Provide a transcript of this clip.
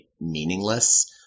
meaningless